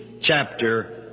chapter